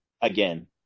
again